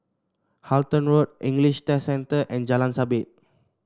Halton Road English Test Centre and Jalan Sabit